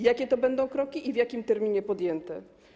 Jakie to będą kroki i w jakim terminie podjęte?